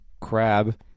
crab